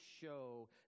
show